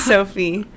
Sophie